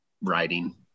writing